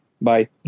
Bye